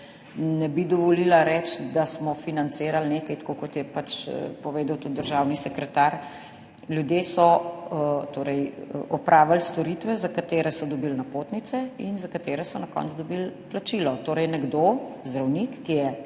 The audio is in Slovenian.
ne bi dovolila reči, da smo financirali nekaj, tako kot je pač povedal tudi državni sekretar, ljudje so torej opravili storitve, za katere so dobili napotnice in za katere so na koncu dobili plačilo. Torej nekdo, zdravnik, ki je